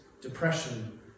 depression